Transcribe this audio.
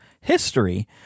history